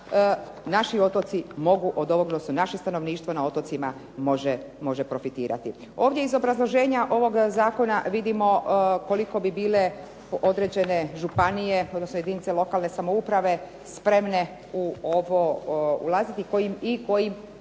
naši otoci mogu, odnosno naše stanovništvo na otocima može profitirati. Ovdje iz obrazloženja ovog zakona vidimo koliko bi bile određene županije odnosno jedinice lokalne samouprave spremne u ovo ulaziti i koja sredstva